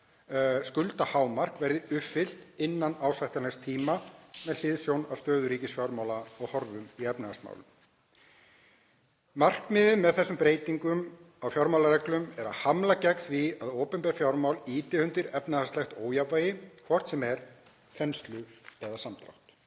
skuldahámark verði uppfyllt innan ásættanlegs tíma með hliðsjón af stöðu ríkisfjármála og horfum í efnahagsmálum. Markmiðið með þessum breytingum á fjármálareglunum er að hamla gegn því að opinber fjármál ýti undir efnahagslegt ójafnvægi, hvort sem er þenslu eða samdrátt.